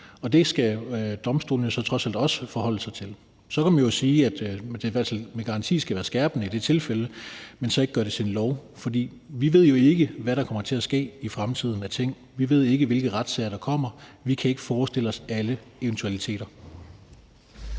og det skal domstolene jo trods alt også forholde sig til. Så man kan jo sige, at det i hvert fald med garanti skal være en skærpende omstændighed i det tilfælde, men ikke skal gøres til en lov, for vi ved jo ikke, hvad der kommer til at ske i fremtiden af ting. Vi ved ikke, hvilke retssager der kommer. Vi kan ikke forestille os alle eventualiteter.